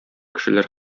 кешеләр